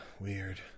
Weird